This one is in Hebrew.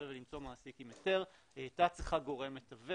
ולמצוא מעסיק עם היתר היא הייתה צריכה גורם מתווך,